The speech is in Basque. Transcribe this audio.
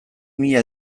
mila